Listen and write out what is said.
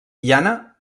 llana